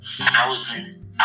Thousand